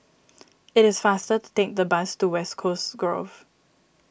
it is faster to take the bus to West Coast Grove